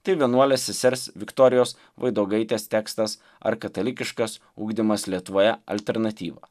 tai vienuolės sesers viktorijos vaidogaitė tekstas ar katalikiškas ugdymas lietuvoje alternatyva